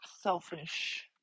selfish